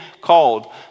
called